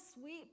sweet